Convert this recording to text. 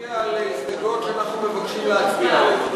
אנחנו נודיע על הסתייגויות שאנחנו מבקשים להצביע עליהן,